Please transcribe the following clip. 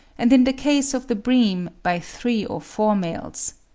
and in the case of the bream by three or four males.